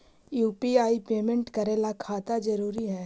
UPI payment करे ला खाता जरूरी है?